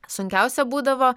sunkiausia būdavo